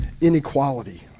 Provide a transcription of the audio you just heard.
inequality